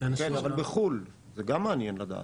כן אבל בחו"ל זה גם מעניין לדעת.